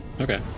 Okay